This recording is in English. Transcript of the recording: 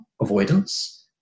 avoidance